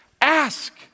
Ask